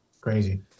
Crazy